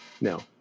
No